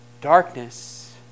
darkness